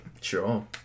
Sure